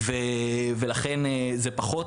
ולכן זה פחות